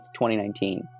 2019